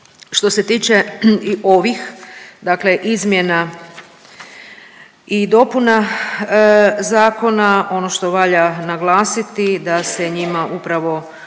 Što se tiče i ovih dakle izmjena i dopuna zakona, on što valja naglasiti da se njima upravo